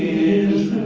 is